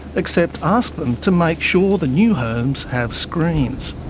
except ask them to make sure the new homes have screens.